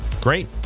Great